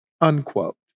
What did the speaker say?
unquote